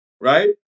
Right